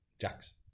Jax